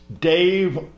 Dave